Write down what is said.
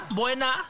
buena